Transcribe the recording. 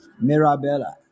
Mirabella